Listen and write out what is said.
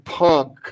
punk